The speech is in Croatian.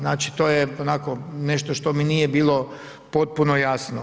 Znači, to je onako nešto što mi nije bilo potpuno jasno.